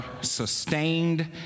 sustained